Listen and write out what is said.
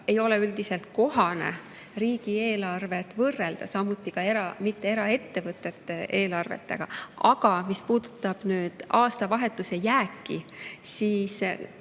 ei ole üldiselt kohane riigieelarvet võrrelda, samuti mitte eraettevõtete eelarvetega. Aga mis puudutab aastavahetuse jääki, siis